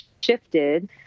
shifted